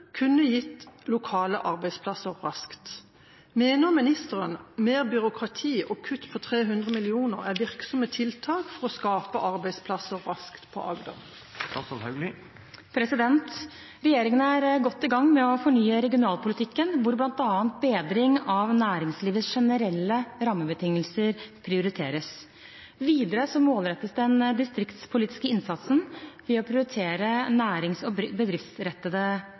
kunne gitt lokale arbeidsplasser raskt. Mener statsråden at mer byråkrati og kutt på 300 mill. kroner er virksomme tiltak for å skape arbeidsplasser raskt i Agder?» Regjeringen er godt i gang med å fornye regionalpolitikken, hvor bl.a. bedring av næringslivets generelle rammebetingelser prioriteres. Videre målrettes den distriktspolitiske innsatsen ved å prioritere nærings- og bedriftsrettede